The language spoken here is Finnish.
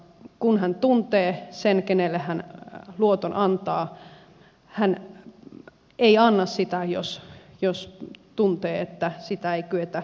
kun hän tuntee sen kenelle hän luoton antaa hän ei anna sitä jos tuntee että sitä ei kyetä hoitamaan